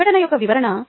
ప్రకటన యొక్క వివరణ